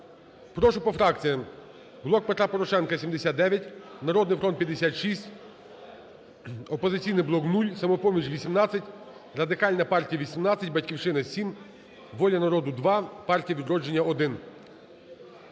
Прошу по фракціям: